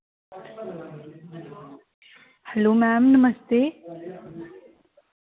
hello ma'am namaste